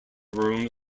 rooms